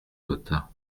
lota